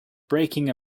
breaking